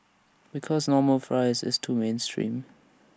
because normal fries is too mainstream